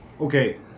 Okay